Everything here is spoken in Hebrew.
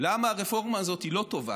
למה הרפורמה הזאת, היא לא טובה,